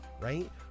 right